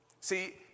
See